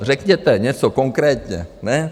Řekněte něco konkrétně, ne?